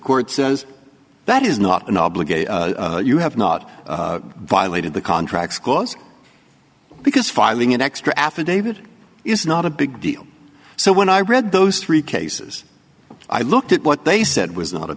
court says that is not an obligation you have not violated the contracts cause because filing an extra affidavit is not a big deal so when i read those three cases i looked at what they said was not a